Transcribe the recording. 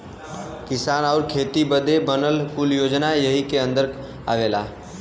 किसान आउर खेती बदे बनल कुल योजना यही के अन्दर आवला